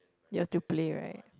you all still play right